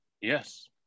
Yes